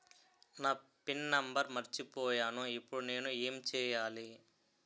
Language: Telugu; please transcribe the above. నా పిన్ నంబర్ మర్చిపోయాను ఇప్పుడు నేను ఎంచేయాలి?